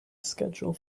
schedule